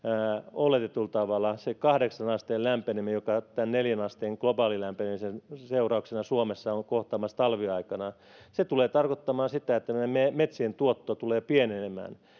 oletetulla tavalla niin se kahdeksaan asteen lämpeneminen joka tämän neljään asteen globaalin lämpenemisen seurauksena suomessa on kohtaamassa talviaikana tulee tarkoittamaan sitä että meidän metsien tuotto tulee pienenemään